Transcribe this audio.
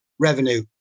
Revenue